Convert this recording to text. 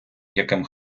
яким